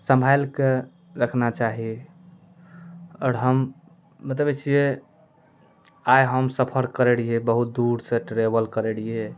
सम्हारि कऽ रखना चाही आओर हम बतबै छियै आइ हम सफर करै रहियै बहुत दूर सऽ ट्रेबल करै रहियै